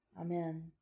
Amen